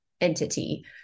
entity